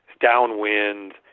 downwind